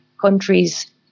countries